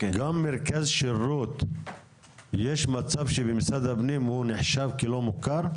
גם מרכז שירות יש מצב שבמשרד הפנים הוא נחשב כלא מוכר?